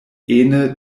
ene